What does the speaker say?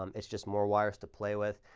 um it's just more wires to play with.